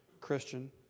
Christian